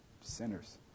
sinners